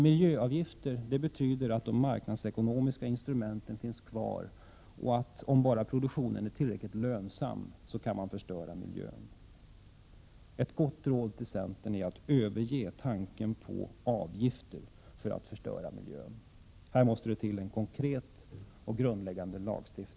Sådana avgifter betyder att de marknadsekonomiska instrumenten finns kvar och att om bara produktionen är tillräckligt lönsam, så kan man förstöra miljön. Ett gott råd till centern är att man skall överge tanken på avgifter när det gäller förstörelsen av miljön. Här måste det till en konkret och grundläggande lagstiftning.